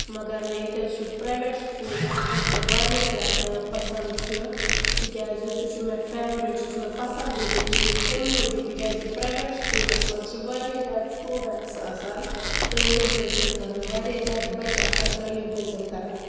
مگر ییٚتہِ حظ چھُ پرایویٹ سکوٗل اکھ یُس مےٚ واریاہ زیادٕ پسنٛد چھُ تِکیازِ سُہ چھُ مےٚ فیورِٹ سُہ چھُ مےٚ پسندیٖدٕ چیز امہِ موٗجوٗب تِکیازِ پرایویٹ سکوٗلس منٛز چھِ واریاہ زیادٕ سِٹوٗڈنٹٕس آسان تٲلیٖم حٲصل کران واریاہ زیادٕ بچہِ آسان تٲلیٖم حٲصِل کران